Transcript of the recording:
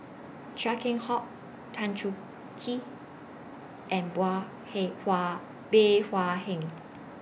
Chia Keng Hock Tan Chong Tee and Hei Hua Bey Hua Heng